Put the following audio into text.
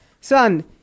Son